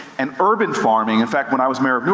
and urban farming, in fact when i was mayor of yeah